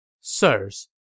Sirs